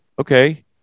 okay